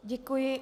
Děkuji.